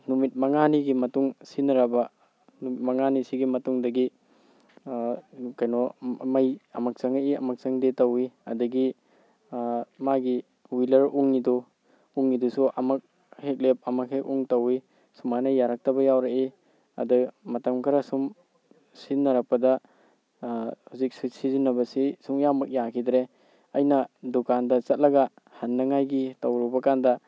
ꯅꯨꯃꯤꯠ ꯃꯉꯥꯅꯤꯒꯤ ꯃꯇꯨꯡ ꯁꯤꯖꯤꯟꯅꯔꯕ ꯅꯨꯃꯤꯠ ꯃꯉꯥꯅꯤ ꯁꯤꯒꯤ ꯃꯇꯨꯡꯗꯒꯤ ꯀꯩꯅꯣ ꯃꯩ ꯑꯃꯨꯛ ꯆꯪꯉꯛꯏ ꯑꯃꯨꯛ ꯆꯪꯗꯦ ꯇꯧꯏ ꯑꯗꯩꯒꯤ ꯃꯥꯒꯤ ꯋꯤꯂꯔ ꯎꯪꯉꯤꯗꯨ ꯎꯪꯉꯤꯗꯨꯁꯨ ꯑꯃꯨꯛ ꯍꯦꯛ ꯂꯦꯞ ꯑꯃꯨꯛ ꯍꯦꯛ ꯂꯦꯞ ꯇꯧꯏ ꯁꯨꯃꯥꯏꯅ ꯌꯥꯔꯛꯇꯕ ꯌꯥꯎꯔꯛꯏ ꯑꯗ ꯃꯇꯝ ꯈꯔ ꯁꯨꯝ ꯁꯤꯖꯤꯟꯅꯔꯛꯄꯗ ꯍꯧꯖꯤꯛ ꯁꯤꯖꯤꯟꯅꯕꯁꯤ ꯁꯨꯡꯌꯥꯃꯛ ꯌꯥꯒꯤꯗ꯭ꯔꯦ ꯑꯩꯅ ꯗꯨꯀꯥꯟꯗ ꯆꯠꯂꯒ ꯍꯟꯅꯉꯥꯏꯒꯤ ꯇꯧꯔꯨꯕ ꯀꯥꯟꯗ